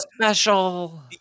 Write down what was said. special